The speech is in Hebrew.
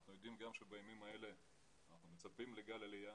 אנחנו יודעים שבימים אלה אנחנו מצפים לגל עלייה,